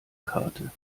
karte